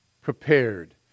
prepared